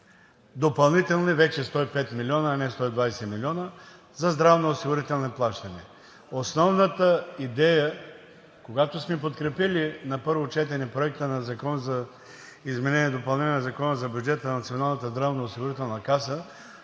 допълнителни вече 105 милиона, а не 120 милиона за здравноосигурителни плащания? Основната идея, когато сме подкрепили на първо четене Проекта на закон за изменение и допълнение на Закона за бюджета на